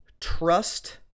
trust